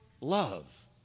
love